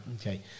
Okay